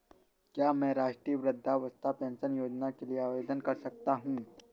क्या मैं राष्ट्रीय वृद्धावस्था पेंशन योजना के लिए आवेदन कर सकता हूँ?